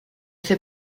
fait